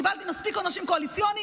קיבלתי מספיק עונשים קואליציוניים.